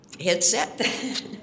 headset